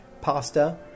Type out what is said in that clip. pasta